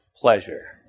pleasure